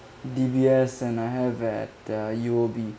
D_B_S and I have at the U_O_B